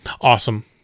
Awesome